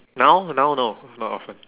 now now no not often